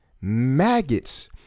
Maggots